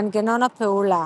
מנגנון הפעולה